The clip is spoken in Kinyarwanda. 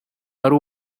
ari